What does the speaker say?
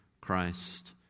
Christ